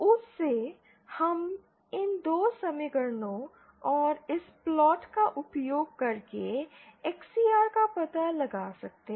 उस से हम इन 2 समीकरणों और इस प्लॉट का उपयोग करके XCR का पता लगा सकते हैं